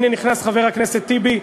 הנה נכנס חבר הכנסת טיבי.